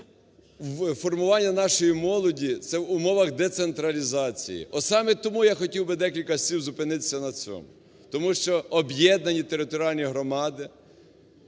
по формуванню нашої молоді в умовах децентралізації. Саме тому я хотів декілька слів зупинитися на цьому. Тому що об'єднані територіальні громади,